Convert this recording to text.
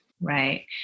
right